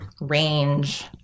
range